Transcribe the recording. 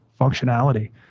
functionality